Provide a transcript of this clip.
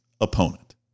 opponent